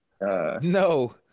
No